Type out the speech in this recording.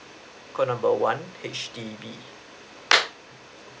call number one H_D_B